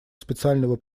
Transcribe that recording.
специального